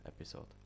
episode